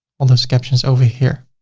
all those captions over here.